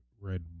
Red